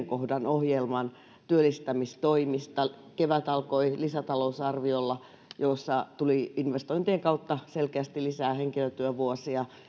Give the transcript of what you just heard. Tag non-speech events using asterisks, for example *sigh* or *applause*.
*unintelligible* kohdan ohjelman työllistämistoimista kevät alkoi lisätalousarviolla jossa tuli investointien kautta selkeästi lisää henkilötyövuosia